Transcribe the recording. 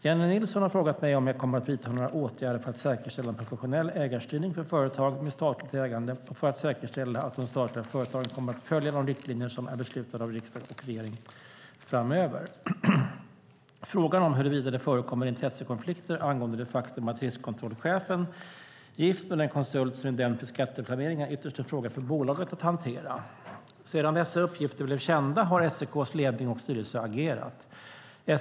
Jennie Nilsson har frågat mig om jag kommer att vidta några åtgärder för att säkerställa en professionell ägarstyrning för företag med statligt ägande och för att säkerställa att de statliga företagen kommer att följa de riktlinjer som är beslutade av riksdag och regering framöver. Frågan om huruvida det förekommer intressekonflikter angående det faktum att riskkontrollchefen är gift med den konsult som är dömd för skatteplanering, är ytterst en fråga för bolaget att hantera. Sedan dessa uppgifter blev kända har SEK:s ledning och styrelse agerat.